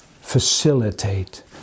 facilitate